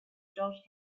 georges